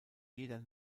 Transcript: jeder